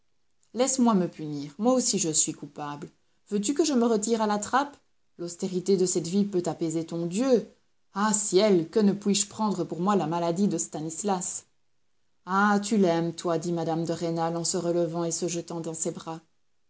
laisse-moi me punir moi aussi je suis coupable veux-tu que je me retire à la trappe l'austérité de cette vie peut apaiser ton dieu ah ciel que ne puis-je prendre pour moi la maladie de stanislas ah tu l'aimes toi dit mme de rênal en se relevant et se jetant dans ses bras